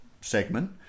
segment